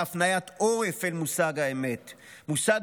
מהפניית עורף למושג האמת מושג